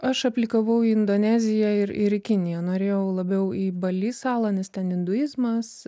aš aplikavau į indoneziją ir ir į kiniją norėjau labiau į balį salą nes ten induizmas